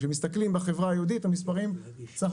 כשמסתכלים על החברה היהודית המספרים בסך